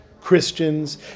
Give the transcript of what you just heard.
Christians